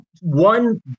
one